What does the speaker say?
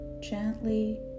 gently